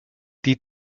die